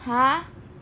!huh!